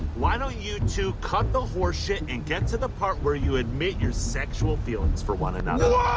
why don't you two cut the horseshit and get to the part where you admit your sexual feelings for one another